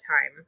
time